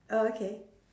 oh okay